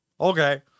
okay